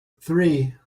three